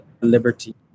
liberty